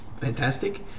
Fantastic